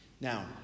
Now